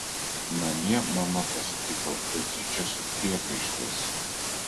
namie mama pasitiko beatričę su priekaištais